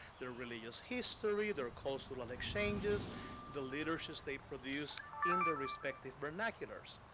their religious history, their cultural and exchanges the literatures they produce in their respective vernaculars.